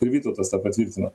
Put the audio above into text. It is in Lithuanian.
ir vytautas tą patvirtino